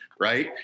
Right